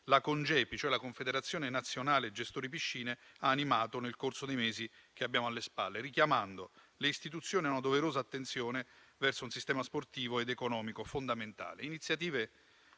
la Congepi, cioè la Confederazione nazionale gestori piscine ha animato nel corso dei mesi che abbiamo alle spalle, richiamando le istituzioni a una doverosa attenzione verso un sistema sportivo ed economico fondamentale.